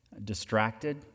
distracted